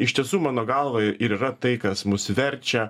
iš tiesų mano galva ir yra tai kas mus verčia